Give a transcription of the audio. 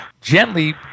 gently